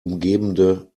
umgebende